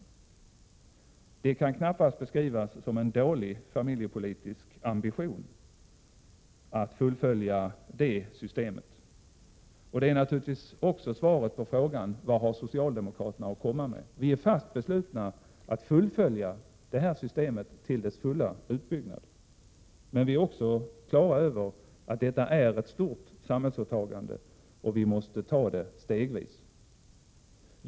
Det kan knappast beskrivas som en dålig familjepolitisk ambition att fullfölja det systemet. Detta är naturligtvis också svaret på frågan: Vad har socialdemokraterna att komma med? Vi är fast beslutna att fullfölja till systemets fulla utbyggnad, men vi är också på det klara med att detta är ett stort samhällsåtagande och att vi måste ta det stegvis.